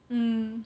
mm